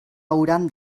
hauran